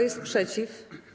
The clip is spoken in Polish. jest przeciw?